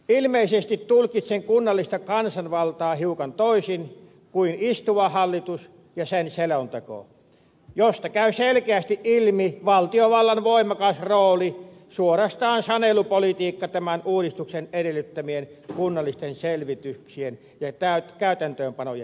ilmeisesti tulkitsen kunnallista kansanvaltaa hiukan toisin kuin istuva hallitus ja sen selonteko josta käy selkeästi ilmi valtiovallan voimakas rooli suorastaan sanelupoli tiikka tämän uudistuksen edellyttämien kunnallisten selvityksien ja täytäntöönpanojen suhteen